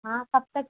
हाँ कब तक